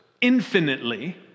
infinitely